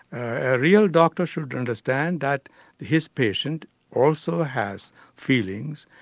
a real doctor should understand that his patient also has feelings,